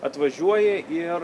atvažiuoji ir